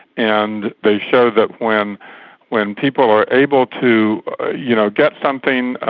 and they show that when when people are able to you know get something,